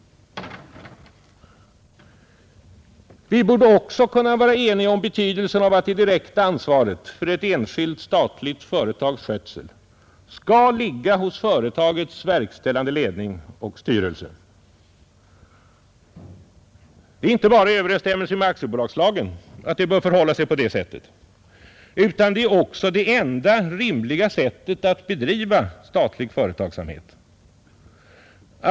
Vi borde också kunna vara eniga om betydelsen av att det direkta ansvaret för ett enskilt statligt företags skötsel skall ligga hos företagets verkställande ledning och styrelse. Det är inte bara i överensstämmelse med aktiebolagslagen som det bör förhålla sig så, utan det är också det enda rimliga sättet att bedriva statlig företagsamhet på.